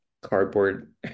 cardboard